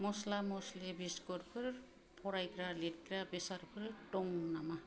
मस्ला मस्लि बिस्कुतफोर फरायग्रा लिरग्रा बेसादफोर दं नामा